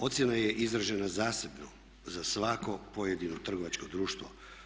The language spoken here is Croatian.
Ocjena je izražena zasebno za svako pojedino trgovačko društvo.